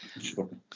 Sure